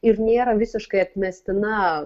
ir nėra visiškai atmestina